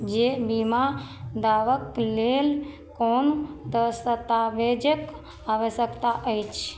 जे बीमा दावाक लेल कोन दस्ताबेजक आवश्यकता अछि